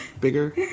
bigger